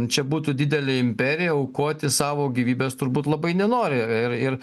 čia būtų didelė imperija aukoti savo gyvybės turbūt labai nenori ir ir